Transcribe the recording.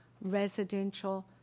residential